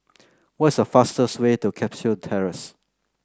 what is the fastest way to Cashew Terrace